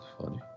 funny